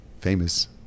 famous